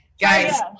guys